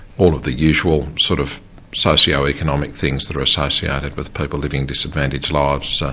all of the usual sort of socio-economic things that are associated with people living disadvantaged lives,